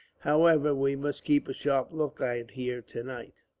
however, we must keep a sharp lookout here, tonight.